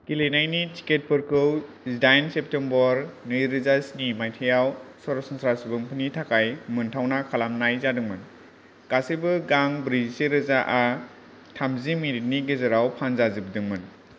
गेलेनायनि टिकेटफोरखौ जिदाइन सेप्तेम्बर नैरोजा स्नि मायथाइयाव सरसनस्रा सुबुंफोरनि थाखाय मोनथावना खालामनाय जादोंमोन गासैबो गां ब्रैजिरोजा थामजि मिनिटनि गेजेराव फानजाजोबदोंमोन